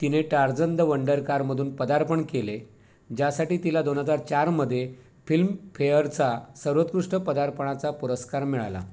तिने Tarzan the वंडरकारमधून पदार्पण केले ज्यासाठी तिला दोन हजार चारमध्ये फिल्मफेअरचा सर्वोत्कृष्ट पदार्पणाचा पुरस्कार मिळाला